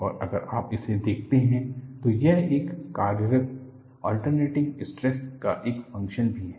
और अगर आप इसे देखते हैं तो यह एक कार्यरत अल्टेरनेटिंग स्ट्रेस का एक फंक्शन भी है